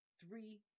three